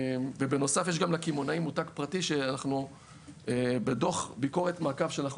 ובנוסף יש גם לקמעונאים מותג פרטי שבדוח ביקורת מעקב שאנחנו